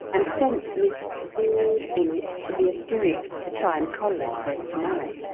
and sent miss in it to the asturias to try and collar it for us to-morrow.